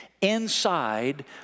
inside